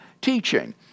teaching